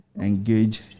Engage